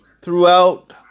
Throughout